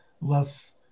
less